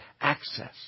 access